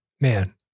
Man